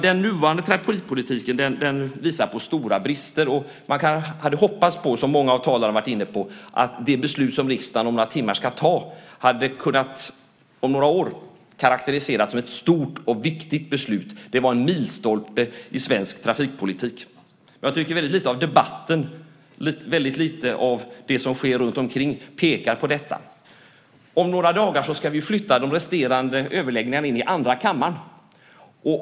Den nuvarande trafikpolitiken visar på stora brister. Och man hade, som många av talarna har varit inne på, hoppats att det beslut som riksdagen om några timmar ska ta skulle vara sådant att det om några år skulle kunna karakteriseras som ett stort och viktigt beslut och som en milstolpe i svensk trafikpolitik. Jag tycker att väldigt lite av debatten och väldigt lite av det som sker runtomkring pekar på det. Om några dagar ska vi flytta de resterande överläggningarna till andrakammarsalen.